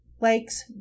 Lakes